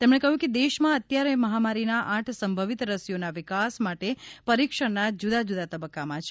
તેમણે કહ્યું કે દેશમાં અત્યારે મહામારીના આઠ સંભવિત રસીઓના વિકાસ માટે પરિક્ષણના જુદા જુદા તબ્બકામાં છે